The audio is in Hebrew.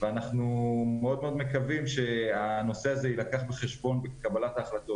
ואנחנו מאוד מקווים שהנושא הזה יילקח בחשבון בקבלת ההחלטות.